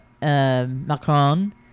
Macron